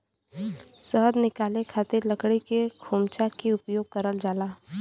शहद निकाले खातिर लकड़ी के खोमचा के उपयोग करल जाला